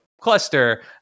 cluster